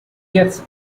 gets